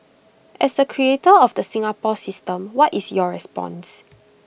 as A creator of the Singapore system what is your response